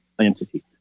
entity